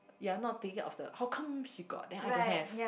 ya I'm not thinking of the how come she got then I don't have